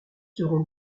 seront